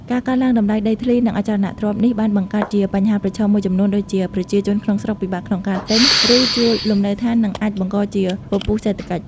ការកើនឡើងតម្លៃដីធ្លី និងអចលនទ្រព្យនេះ បានបង្កើតជាបញ្ហាប្រឈមមួយចំនួនដូចជា ប្រជាជនក្នុងស្រុកពិបាកក្នុងការទិញ ឬជួលលំនៅឋាន និង អាចបង្កជាពពុះសេដ្ឋកិច្ច។